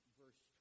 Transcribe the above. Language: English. verse